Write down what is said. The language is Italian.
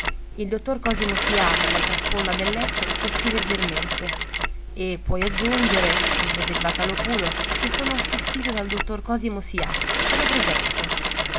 il dottor cosimo sià dall'altra sponda del letto tossì leggermente e puoi aggiungere riprese il vocalòpulo che sono assistito dal dottor cosimo sià te lo presento